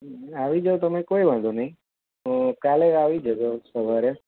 આવી જાઓ તમે કોઈ વાંધો નહીં કાલે આવી જજો સવારે